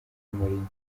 mourinho